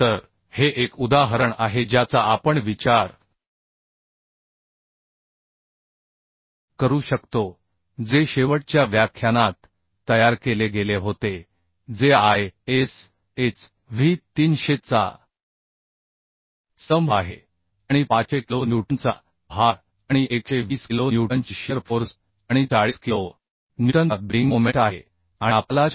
तर हे एक उदाहरण आहे ज्याचा आपण विचार करू शकतो जे शेवटच्या व्याख्यानात तयार केले गेले होते जे ISHV 300 चा स्तंभ आहे आणि 500 किलो न्यूटनचा भार आणि 120 किलो न्यूटनची शिअर फोर्स आणि 40 किलो न्यूटनचा बेंडिंग मोमेंट आहे आणि आपल्याला 4